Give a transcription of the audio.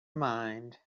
mind